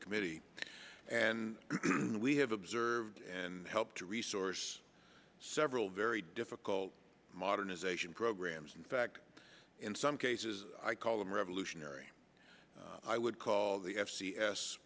committee and we have observed and helped to resource several very difficult modernization programs in fact in some cases i call them revolutionary i would call the f c s